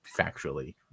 factually